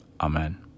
Amen